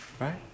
right